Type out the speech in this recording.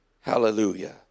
Hallelujah